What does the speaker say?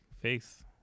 face